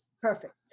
Perfect